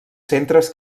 centres